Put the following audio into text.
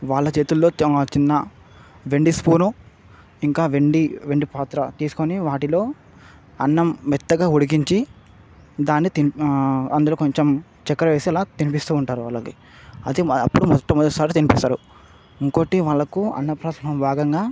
వాళ్ళ చేతుల్లో చిన్న వెండి స్పూను ఇంకా వెండి వెండి పాత్ర తీసుకుని వాటిలో అన్నం మెత్తగా ఉడికించి దాన్ని తిం అందులో కొంచెం చక్కెర వేసేలా తినిపిస్తూ ఉంటారు వాళ్ళకి అది ఇప్పుడు మొట్టమొదటిసారి తినిపిస్తారు ఇంకోటి వాళ్ళకు అన్న ప్రసాదం భాగంగా